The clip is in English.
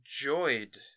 enjoyed